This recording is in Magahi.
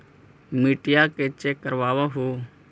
मिट्टीया के चेक करबाबहू?